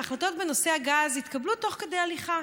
ההחלטות בנושא הגז התקבלו תוך כדי הליכה.